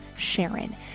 Sharon